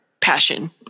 passion